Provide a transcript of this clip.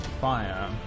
fire